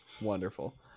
wonderful